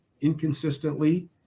inconsistently